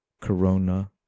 Corona